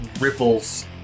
ripples